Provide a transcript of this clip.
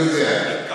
אני יודע.